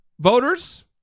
voters